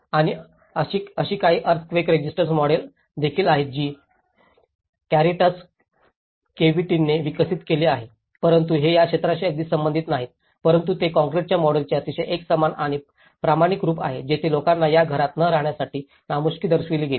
आणि अशी काही अर्थक्वेक रेसिस्टन्ट मॉडेल्स देखील आहेत जी कॅरिटास केव्हीटीने विकसित केली आहेत परंतु हे या क्षेत्राशी अगदी संबंधित नाहीत परंतु ते कंक्रीटच्या मॉडेल्सचे अतिशय एकसमान आणि प्रमाणित रूप आहेत जिथे लोकांना या घरात न राहण्याची नामुष्की दर्शविली गेली